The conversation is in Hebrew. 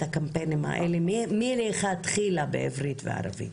הקמפיינים האלה מלכתחילה בעברית וערבית.